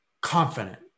confident